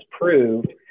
proved